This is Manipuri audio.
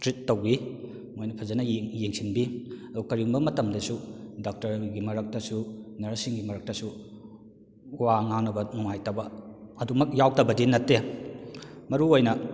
ꯇ꯭ꯔꯤꯠ ꯇꯧꯕꯤ ꯃꯣꯏꯅ ꯐꯖꯅ ꯌꯦꯡꯁꯤꯟꯕꯤ ꯑꯗꯨ ꯀꯔꯤꯒꯨꯝꯕ ꯃꯇꯝꯗꯁꯨ ꯗꯥꯛꯇꯔꯒꯤ ꯃꯔꯛꯇꯁꯨ ꯅꯔꯁꯁꯤꯡꯒꯤ ꯃꯔꯛꯇꯁꯨ ꯋꯥ ꯉꯥꯡꯅꯕ ꯅꯨꯡꯉꯥꯏꯇꯕ ꯑꯗꯨꯃꯛ ꯌꯥꯎꯗꯕꯗꯤ ꯅꯠꯇꯦ ꯃꯔꯨꯑꯣꯏꯅ